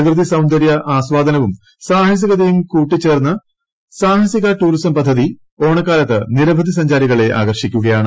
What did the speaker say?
പ്രകൃതി സൌന്ദര്യ ആസ്വാദനവും സാഹസികതയും കൂടിച്ചേർന്ന സാഹസിക ടൂറിസം പദ്ധതി ഓണക്കാലത്ത് നിരവധി സഞ്ചാരികളെ ആകർഷിക്കുകയാണ്